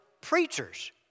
preachers